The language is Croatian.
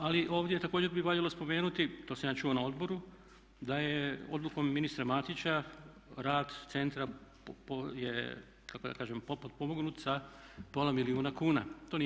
Ali, ovdje također bi valjalo spomenuti, to sam ja čuo na odboru, da je odlukom ministra Matića rad centra je kako da kažem potpomognut sa pola milijuna kuna.